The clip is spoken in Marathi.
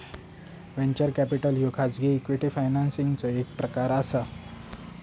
व्हेंचर कॅपिटल ह्यो खाजगी इक्विटी फायनान्सिंगचो एक प्रकार असा